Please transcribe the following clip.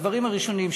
בדברים הראשונים,